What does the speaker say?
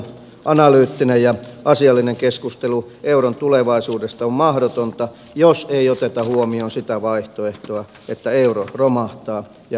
analyyttinen ja asiallinen keskustelu euron tulevaisuudesta on mahdotonta jos ei oteta huomioon sitä vaihtoehtoa että euro romahtaa ja euroalue hajoaa